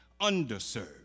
underserved